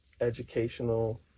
educational